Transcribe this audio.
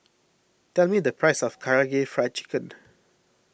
tell me the price of Karaage Fried Chicken